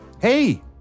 Hey